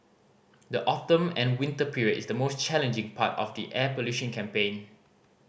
the autumn and winter period is the most challenging part of the air pollution campaign